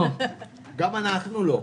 גם אנחנו לא.